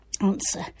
answer